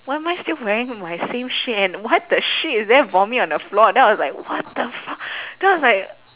why am I still wearing my same shit and what the shit is there vomit on the floor then I was like what the fuck then I was like